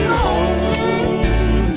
home